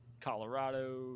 Colorado